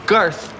Garth